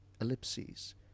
Ellipses